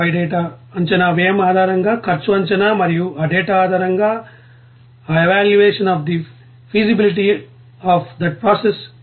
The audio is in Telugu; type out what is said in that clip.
ఆపై డేటా అంచనా వ్యయం ఆధారంగా ఖర్చు అంచనా మరియు ఆ డేటా ఆధారంగా ఆ evaluation of the feasibility of that process